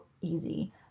easy